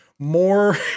more